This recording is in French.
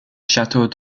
château